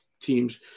teams